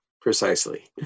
Precisely